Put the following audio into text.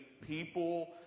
people